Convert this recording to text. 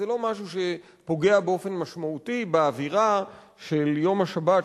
זה לא משהו שפוגע באופן משמעותי באווירה של יום השבת,